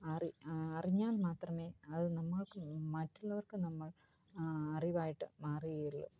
അറിഞ്ഞാൽ മാത്രമേ അത് നമ്മൾക്ക് മറ്റുള്ളവർക്ക് നമ്മൾ അറിവായിട്ട് മാറുകയുള്ളു